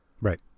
Right